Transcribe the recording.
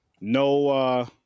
no